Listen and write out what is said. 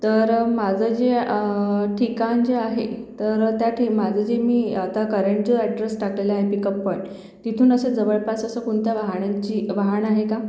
तर माझं जे ठिकाण जे आहे तर त्या ठी माझं जे मी आत्ता करंट जो अॅड्रेस टाकलेला आहे पिकअप पॉइंट तिथून असं जवळपास असं कोणतं वाहानांची वाहन आहे का